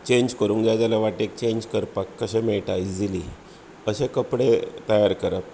change करूंक जाय जाल्यार वाटेक चेन्ज करपाक कशें मेळटा इजिली अशे कपडे तयार करप